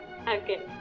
Okay